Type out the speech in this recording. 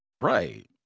right